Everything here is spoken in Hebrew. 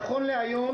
נכון להיום,